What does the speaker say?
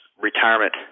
retirement